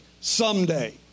someday